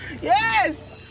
yes